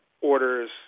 orders